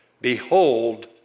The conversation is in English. Behold